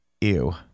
ew